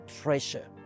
treasure